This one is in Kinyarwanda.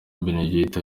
benedigito